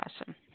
awesome